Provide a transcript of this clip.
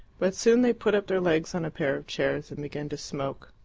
but soon they put up their legs on a pair of chairs and began to smoke.